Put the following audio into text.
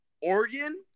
Oregon